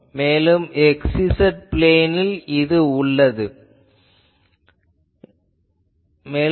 மேலும் இது x z பிளேனில் உள்ளது எனலாம்